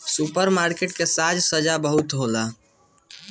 super market में साज सज्जा बहुते होला